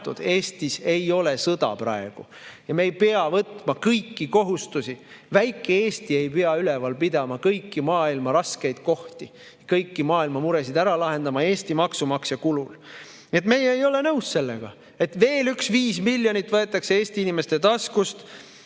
Eestis ei ole praegu sõda! Ja me ei pea võtma kõiki kohustusi. Väike Eesti ei pea üleval pidama kõiki maailma raskustes olevaid kohti, kõiki maailma muresid ära lahendama Eesti maksumaksja kulul. Nii et meie ei ole nõus sellega, et veel üks 5 miljonit võetakse Eesti inimeste taskust,